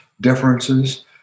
differences